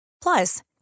Plus